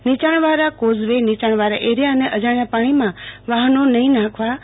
નીચાણવાળા કોઝવે નીચાણવાળા એરીયા અને અજાણ્યા પાણીમાં વાહનો નાખવા નહીં